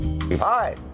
hi